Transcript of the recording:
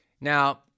Now